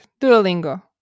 Duolingo